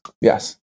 yes